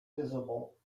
visible